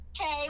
Okay